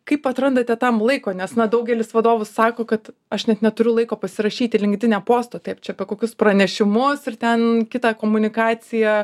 kaip atrandate tam laiko nes na daugelis vadovų sako kad aš net neturiu laiko pasirašyti linkdine posto taip čia apie kokius pranešimus ir ten kitą komunikaciją